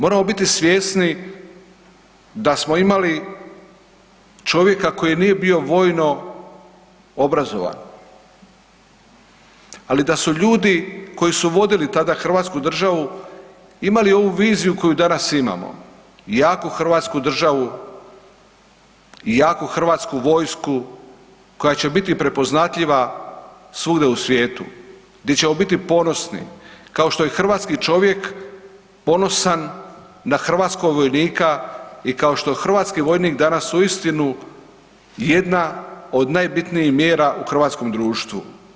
Moramo biti svjesni da smo imali čovjeka koji nije bio vojno obrazovan, ali da su ljudi koji su vodili tada Hrvatsku državu imali ovu viziju koju danas imamo, jaku Hrvatsku državu i jaku hrvatsku vojsku koja će biti prepoznatljiva svugdje u svijetu, gdje ćemo biti ponosni, kao što je hrvatski čovjek ponosan na hrvatskog vojnika i kao što hrvatski vojnik danas u istinu jedna od najbitnijih mjera u hrvatskom društvu.